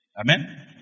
Amen